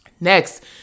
Next